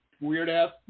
weird-ass